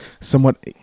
somewhat